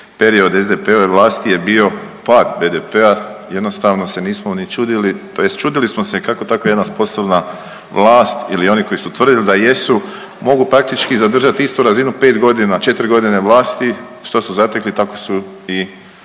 Period SDP-ove vlasti je bio pad BDP-a, jednostavno se nismo ni čudili tj. čudili smo se kako tako jedna sposobna vlast ili oni koji su tvrdili da jesu mogu praktički zadržat istu razinu 5.g., 4.g. vlasti, što su zatekli tako su i